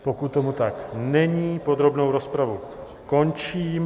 Pokud tomu tak není, podrobnou rozpravu končím.